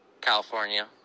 California